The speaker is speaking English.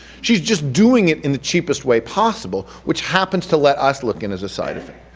she's just doing it in the cheapest way possible which happens to let us look in as a side effect.